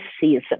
season